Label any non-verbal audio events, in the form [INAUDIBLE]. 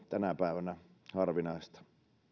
tänä päivänä [UNINTELLIGIBLE] [UNINTELLIGIBLE] millään tavalla harvinaista